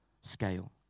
scale